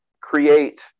create